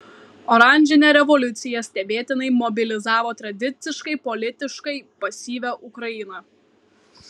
oranžinė revoliucija stebėtinai mobilizavo tradiciškai politiškai pasyvią ukrainą